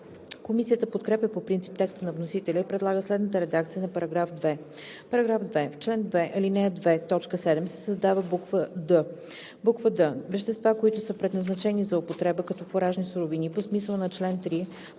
Комисията подкрепя по принцип текста на вносителя и предлага следната редакция на § 2: „§ 2. В чл. 2, ал. 2, т. 7 се създава буква „д“: „д) вещества, които са предназначени за употреба като фуражни суровини, по смисъла на чл. 3,